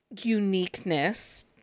Uniqueness